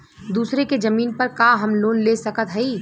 दूसरे के जमीन पर का हम लोन ले सकत हई?